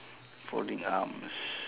folding arms